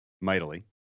mightily